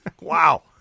Wow